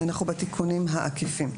אנחנו בתיקונים העקיפים.